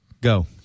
Go